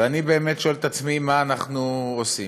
ואני באמת שואל את עצמי מה אנחנו עושים.